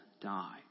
die